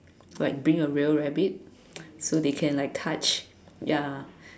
like being a real rabbit so they can like touch ya